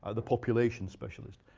ah the population specialist,